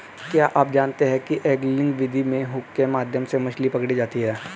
क्या आप जानते है एंगलिंग विधि में हुक के माध्यम से मछली पकड़ी जाती है